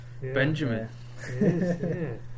Benjamin